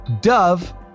Dove